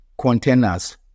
containers